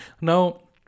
now